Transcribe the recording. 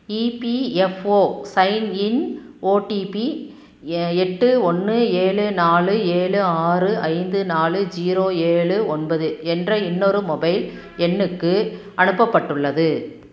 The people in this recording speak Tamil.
இபிஎஃப்ஒ சைன்இன் ஓடிபி எ எட்டு ஒன்று ஏழு நாலு ஏழு ஆறு ஐந்து நாலு ஜீரோ ஏழு ஒன்பது என்ற இன்னொரு மொபைல் எண்ணுக்கு அனுப்பப்பட்டுள்ளது